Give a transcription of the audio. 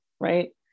right